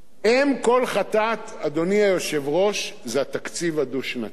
אם כל חטאת, אדוני היושב-ראש, זה התקציב הדו-שנתי.